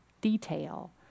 detail